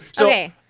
Okay